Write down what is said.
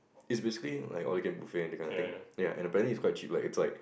it's basically like all you can eat buffet that kind of thing ya and apparently it's quite cheap like it's like